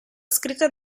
scritta